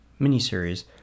miniseries